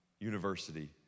University